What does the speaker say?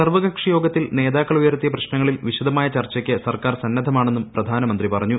സർവ്വകക്ഷിയോഗത്തിൽ മന്തിയെ നേതാക്കൾ ഉയർത്തിയ പ്രശ്നങ്ങളിൽ വിശദമായ ചർച്ചയ്ക്ക് സർക്കാർ സന്നദ്ധമാണെന്നും പ്രധാനമന്ത്രി പറഞ്ഞു